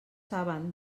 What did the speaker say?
saben